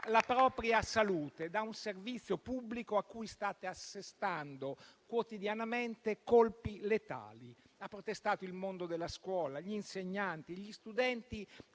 la propria salute da un servizio pubblico a cui state assestando quotidianamente colpi letali. Ha protestato il mondo della scuola: gli insegnanti e gli studenti